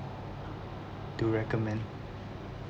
to recommend